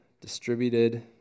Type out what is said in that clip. distributed